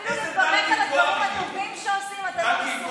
אפילו לברך על דברים טובים אתה לא מסוגל.